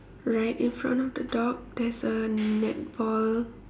right in front of the dog there's a netball